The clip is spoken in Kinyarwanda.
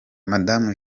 madamu